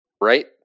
Right